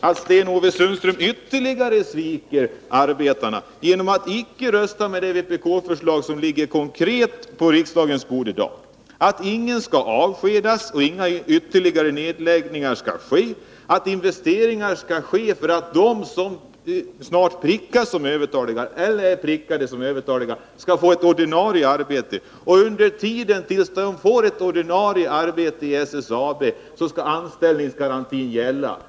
Om Sten-Ove Sundström icke röstar för det konkreta vpk-förslag som ligger på riksdagens bord -— vilket jag förmodar att han inte gör — sviker han ytterligare arbetarna. Vi yrkar att ingen skall avskedas, att inga ytterligare nedläggningar skall ske och att investeringar skall göras på ett sådant sätt att de som snart prickas såsom övertaliga eller som redan är prickade såsom sådana skall få ett ordinarie arbete. Under tiden, till dess att dessa människor får ett ordinarie arbete inom SSAB, skall anställningsgarantin gälla.